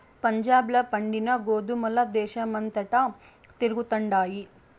పంజాబ్ ల పండిన గోధుమల దేశమంతటా తిరుగుతండాయి